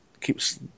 keeps